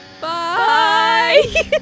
bye